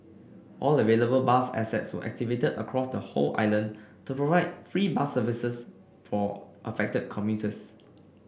all available bus assets were activated across the whole island to provide free bus service for affected commuters